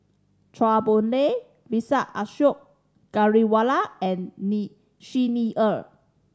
Chua Boon Lay Vijesh Ashok Ghariwala and Ni Xi Ni Er